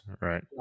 Right